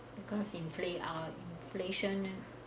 because inflate ah inflation